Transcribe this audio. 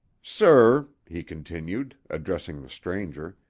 sir, he continued, addressing the stranger,